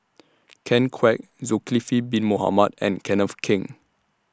Ken Kwek Zulkifli Bin Mohamed and Kenneth Keng